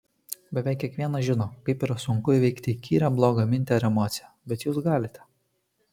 beveik kiekvienas žino kaip yra sunku įveikti įkyrią blogą mintį ar emociją bet jūs galite